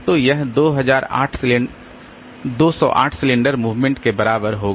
तो यह 208 cylinder movement के बराबर होगा